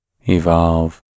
evolve